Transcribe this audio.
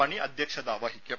മണി അധ്യക്ഷത വഹിക്കും